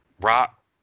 Rock